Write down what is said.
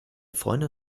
freundin